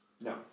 no